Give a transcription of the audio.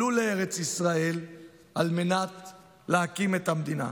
ועלו לארץ ישראל על מנת להקים את המדינה.